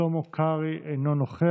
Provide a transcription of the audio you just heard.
חבר הכנסת שלמה קרעי, אינו נוכח,